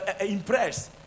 impress